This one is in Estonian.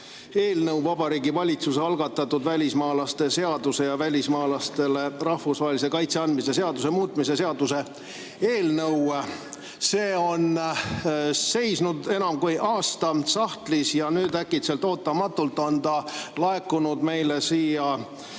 välja Vabariigi Valitsuse algatatud välismaalaste seaduse ja välismaalastele rahvusvahelise kaitse andmise seaduse muutmise seaduse eelnõu. See on seisnud enam kui aasta sahtlis ja nüüd äkitselt ootamatult on ta laekunud meile siia